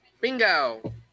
Bingo